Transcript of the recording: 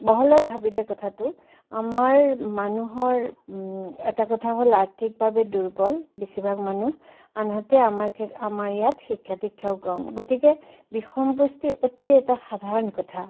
বহলাই ভাবিলে কথাটো আমাৰ মানুহৰ এটা কথা হ'ল আৰ্থিকভাৱে দুৰ্বল বেছিভাগ মানুহ আনহাতে আমাৰ আমাৰ ইয়াত শিক্ষা দীক্ষাও কম গতিকে বিষমপুষ্টি অতি এটা সাধাৰণ কথা